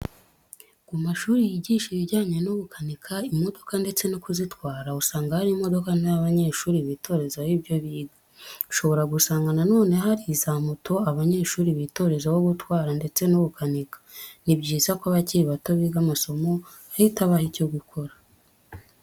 Ku mashuri yigisha ibijyanye no gukanika imodoka ndetse no kuzitwara usanga hari imodoka ntoya abanyeshuri bitorezaho ibyo biga. Ushobora gusanga na none hari za moto abanyeshuri bitorezaho gutwara ndetse no gukanika. Ni byiza ko abakiri bato biga amasomo ahita abaha icyo gukora.